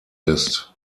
ist